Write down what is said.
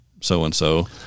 so-and-so